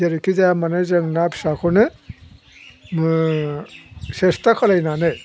जेरैखिजाया मानो जों ना फिसाखौनो सेस्ता खालामनानै